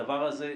הדבר הזה,